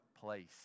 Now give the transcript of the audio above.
place